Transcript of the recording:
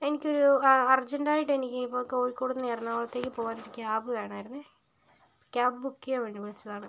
എനിക്കൊരു ആ അർജെൻറ്റായിട്ട് എനിക്ക് ഇപ്പം കോഴിക്കോട് നിന്ന് എറണാകുളത്തേക്ക് പോകാൻ ഒരു ക്യാബ് വേണായിരുന്നേ ക്യാബ് ബുക്ക് ചെയ്യാൻ വേണ്ടി വിളിച്ചതാണ്